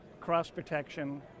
cross-protection